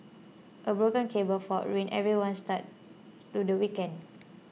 a broken cable fault ruined everyone's start to the weekend